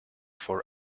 for